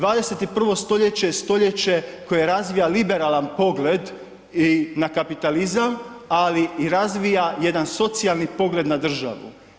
21. stoljeće je stoljeće koje razvija liberalan pogled i na kapitalizam ali i razvija jedan socijalni pogled na državu.